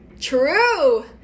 True